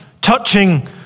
touching